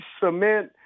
cement